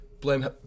blame